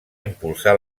impulsar